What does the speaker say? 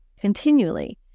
continually